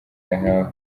yahawe